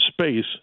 space